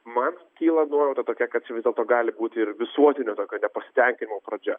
man kyla nuojauta tokia kad vis dėlto gali būti ir visuotinio tokio nepasitenkinimo pradžia